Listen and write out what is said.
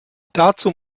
dazu